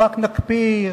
רק נקפיא,